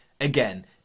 again